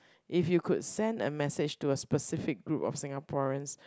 if you could send a message to a specific group of Singaporeans